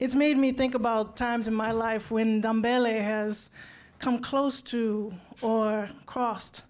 it's made me think about times in my life when the umbrella has come close to or crossed